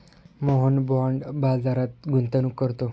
Mohan bond बाजारात गुंतवणूक करतो